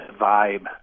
vibe